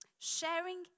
Sharing